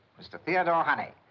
mr. theodore honey.